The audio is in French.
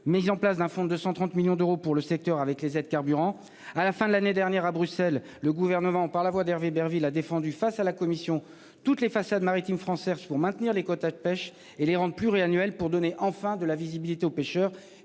ils en place d'un fonds de 130 millions d'euros pour le secteur avec les aides carburants à la fin de l'année dernière, à Bruxelles, le gouvernement par la voix d'Hervé Berville a défendu face à la commission toutes les façades maritimes françaises pour maintenir les quotas de pêche et les rendent pluriannuelle pour donner enfin de la visibilité aux pêcheurs